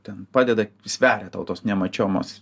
ten padeda sveria tau tos nemačiomos